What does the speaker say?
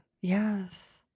yes